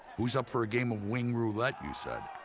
who is up for a game of wing roulette you said.